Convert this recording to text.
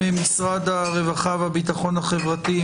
ממשרד הרווחה והביטחון החברתי,